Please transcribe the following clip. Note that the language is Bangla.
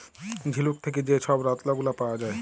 ঝিলুক থ্যাকে যে ছব রত্ল গুলা পাউয়া যায়